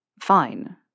Fine